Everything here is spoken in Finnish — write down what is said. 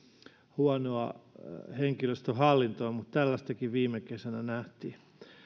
huonoa henkilöstöhallintoa mutta tällaistakin viime kesänä nähtiin